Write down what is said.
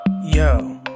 yo